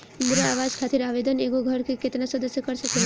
इंदिरा आवास खातिर आवेदन एगो घर के केतना सदस्य कर सकेला?